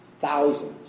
thousands